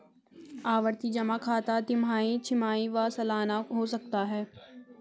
आवर्ती जमा खाता तिमाही, छमाही व सलाना हो सकता है